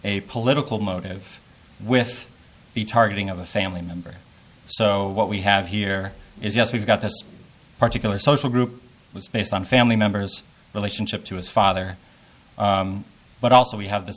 a political motive with the targeting of a family member so what we have here is yes we've got this particular social group was based on family members relationship to his father but also we have th